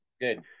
Good